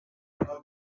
are